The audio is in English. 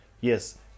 Yes